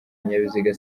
ibinyabiziga